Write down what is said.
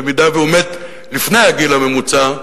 במידה שהוא מת לפני הגיל הממוצע,